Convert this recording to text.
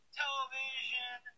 television